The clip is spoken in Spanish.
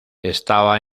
estaba